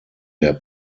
der